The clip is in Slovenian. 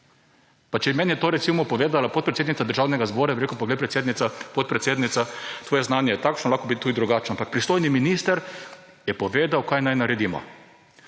Pa če bi meni to recimo povedala podpredsednica Državnega zbora, bi rekel, pa glej, podpredsednica, tvoje znanje je takšno, lahko bi tudi drugače. Ampak pristojni minister je povedal, kaj naj naredimo.